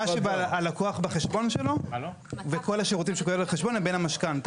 מה שהלקוח בחשבון שלו וכל השירותים שפועל החשבון לבין המשכנתא.